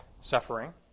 suffering